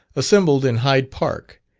assembled in hyde park,